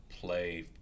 play